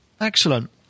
Excellent